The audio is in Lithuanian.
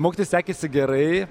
mokytis sekėsi gerai